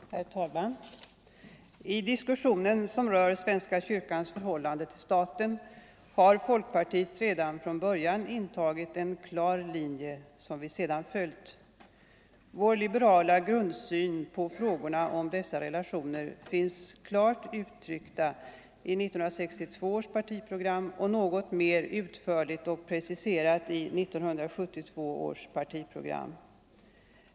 Herr talman! I diskussionen om svenska kyrkans förhållande till staten har folkpartiet redan från början haft en klar linje som vi sedan följt. Vår liberala grundsyn i denna fråga finns klart uttryckt i 1962 års partiprogram och något mer utförligt och preciserat i 1972 års partiprogram.